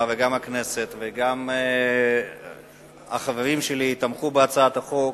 וגם הכנסת וגם החברים שלי תמכו בהצעת החוק.